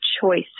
choice